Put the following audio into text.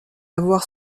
avoir